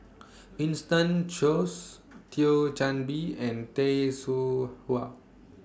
Winston Choos Thio Chan Bee and Tay Seow Huah